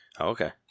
Okay